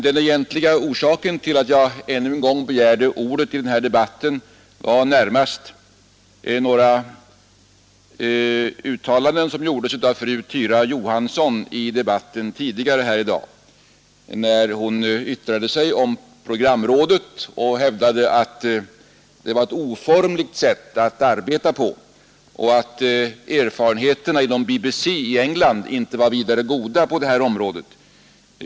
Den egentliga orsaken till att jag ännu en gång begärde ordet i den här debatten var närmast några uttalanden som gjordes av fru Johansson i debatten tidigare i dag, när hon yttrade sig om programrådet och hävdade att det var ett oformligt sätt att arbeta på och att erfarenheterna inom BBC i England inte var särskilt goda på det här området.